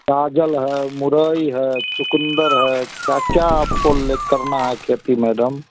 गाजर है मुरैई है चुकुंदर है क्या क्या आपको ले करना है खेती मैडम